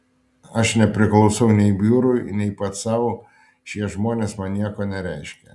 aš nepriklausau nei biurui nei pats sau šie žmonės man nieko nereiškia